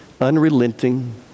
unrelenting